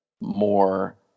more